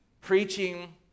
preaching